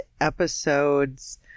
episodes